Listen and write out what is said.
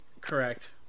Correct